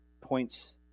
points